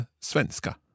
svenska